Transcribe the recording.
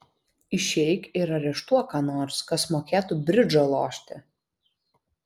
išeik ir areštuok ką nors kas mokėtų bridžą lošti